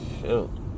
shoot